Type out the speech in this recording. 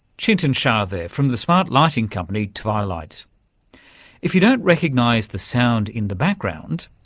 chintan shah there from the smart lighting company tvilight. if you don't recognise the sound in the background,